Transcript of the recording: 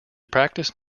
practised